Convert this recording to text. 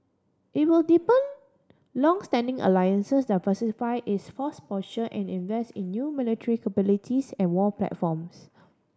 it will deepen longstanding alliances diversify its force posture and in invest in new military capabilities and war platforms